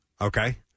Okay